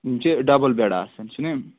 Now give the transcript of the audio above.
یہِ چھِ ڈَبٕل بیٚڑ آسان چھِ نہ